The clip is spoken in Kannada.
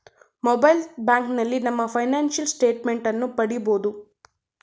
ಮೊಬೈಲ್ ಬ್ಯಾಂಕಿನಲ್ಲಿ ನಮ್ಮ ಫೈನಾನ್ಸಿಯಲ್ ಸ್ಟೇಟ್ ಮೆಂಟ್ ಅನ್ನು ಪಡಿಬೋದು